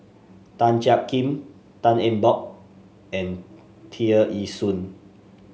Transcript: Tan Jiak Kim Tan Eng Bock and Tear Ee Soon